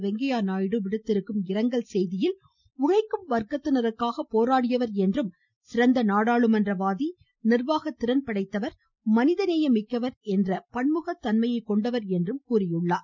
வெங்கய்ய நாயுடு விடுத்திருக்கும் செய்தியில் உழைக்கும் வர்க்கத்தினருக்காக போராடியவர் என்றும் சிறந்த நாடாளுமன்றவாதி நிர்வாகத்திறன் படைத்தவர் மனிதநேயமிக்கவர் என்று பன்முக தன்மையை கொண்டவர் என்று கூறியுள்ளார்